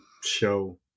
show